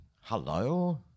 hello